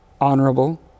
honorable